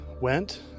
went